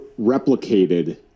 replicated